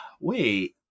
wait